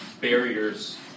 barriers